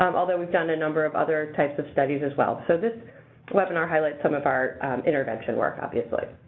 um although we've done a number of other types of studies as well. so, this webinar highlights some of our intervention work, obviously.